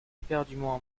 éperdument